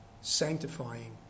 sanctifying